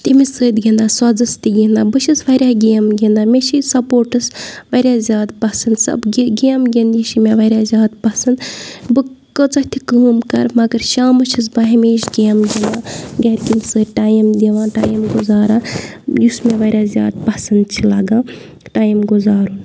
تٔمِس سۭتۍ گِنٛدان سۄزَس تہِ گِنٛدان بہٕ چھَس واریاہ گیمہٕ گِنٛدان مےٚ چھِ سَپورٹٕس واریاہ زیادٕ پَسَنٛد سَب گیمہٕ گِنٛدنہِ چھِ مےٚ واریاہ زیادٕ پَسَنٛد بہٕ کۭژاہ تہِ کٲم کَرٕ مگر شامَس چھَس بہٕ ہمیشہِ گیمہٕ گِنٛدان گھَرِکیٚن سۭتۍ ٹایِم دِوان ٹایم گُزاران یُس مےٚ واریاہ زیادٕ پَسَنٛد چھِ لَگان ٹایم گُزارُن